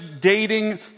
dating